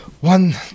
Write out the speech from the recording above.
one